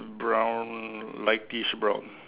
brown lightest brown